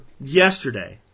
yesterday